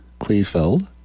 Kleefeld